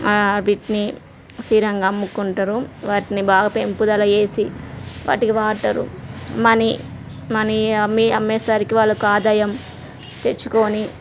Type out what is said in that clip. వీటినీ స్థిరంగా అమ్ముకుంటారు వాట్నీ బాగా పెంపుదల చేసి వాటికి వాటరు మనీ మనీ అమ్మే అమ్మేసరికి వాళ్ళకాదాయం తెచ్చుకొని